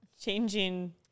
changing